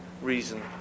reason